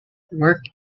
worked